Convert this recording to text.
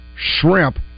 shrimp